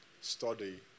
study